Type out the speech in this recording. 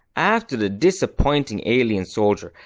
after the disappointing alien solider,